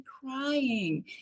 crying